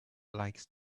likes